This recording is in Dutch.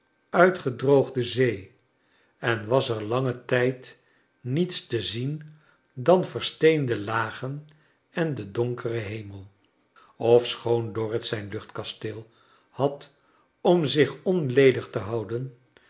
uitgedroogde zee en was er langen tijd friets te zien dan versteende lagen en den donkeren hemel ofschoon dorrit zijn luchtkasteel had om zich onledig te houden